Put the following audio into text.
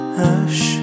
hush